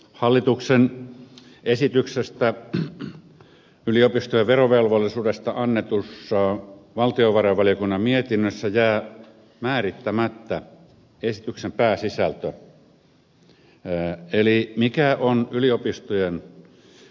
hallituksen esityksestä yliopistojen verovelvollisuudesta annetussa valtiovarainvaliokunnan mietinnössä jää määrittämättä esityksen pääsisältö eli se mikä on yliopistojen elinkeinotoimintaa